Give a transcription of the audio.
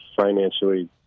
financially